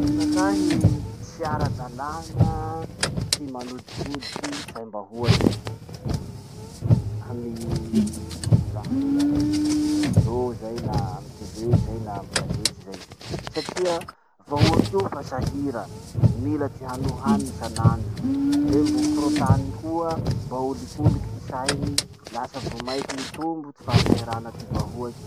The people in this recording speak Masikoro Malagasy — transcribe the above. Aminakahy, tsy ara-dalana ty manodikodiky saimbahoaky amy raha rey, amy radio zay na amy tele zay na amy gazety zay. Satria vahoaky io fa sahira mila ty hany ho haniny isanandro, le mbo korontany koa, mbo aolikoliky ty sainy. Lasa vomaiky mitombo ty fahasahirana ty vahoaky.